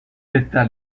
delta